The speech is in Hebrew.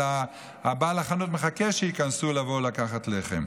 בעל החנות מחכה שייכנסו לבוא ולקחת לחם.